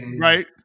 Right